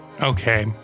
Okay